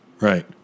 Right